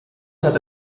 hatte